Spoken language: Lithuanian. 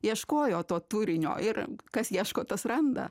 ieškojo to turinio ir kas ieško tas randa